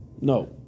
No